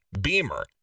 Beamer